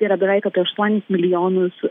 tai yra beveik apie aštuonis milijonus